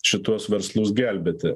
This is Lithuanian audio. šituos verslus gelbėti